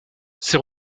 ses